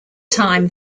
time